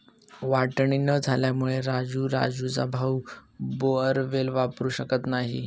वाटणी न झाल्यामुळे राजू राजूचा भाऊ बोअरवेल वापरू शकत नाही